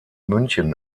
münchen